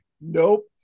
Nope